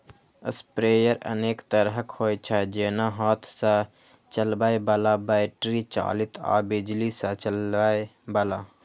sprayer अनेक तरहक होइ छै, जेना हाथ सं चलबै बला, बैटरी चालित आ बिजली सं चलै बला